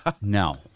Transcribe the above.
No